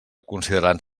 considerant